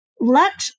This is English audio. let